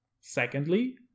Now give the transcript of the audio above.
Secondly